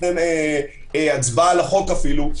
לפני הצבעה על החוק אפילו.